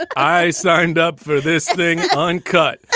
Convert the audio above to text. like i signed up for this thing uncut.